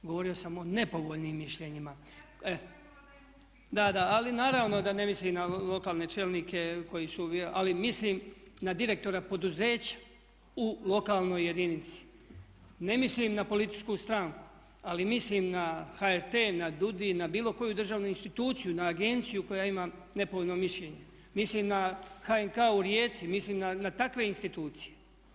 Govorio sam o nepovoljnim mišljenjima … [[Upadica se ne razumije.]] Ali naravno da ne mislim na lokalne čelnike ali mislim na direktora poduzeća u lokalnoj jedinici, ne mislim na političku stranku ali mislim na HRT, na DUUDI, na bilo koju državnu instituciju, na agenciju koja ima nepovoljno mišljenje, mislim na HNK u Rijeci, mislim na takve institucije.